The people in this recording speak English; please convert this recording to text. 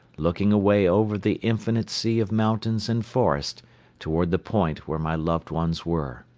looking away over the infinite sea of mountains and forest toward the point where my loved ones were.